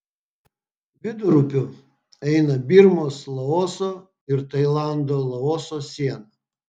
vidurupiu eina birmos laoso ir tailando laoso siena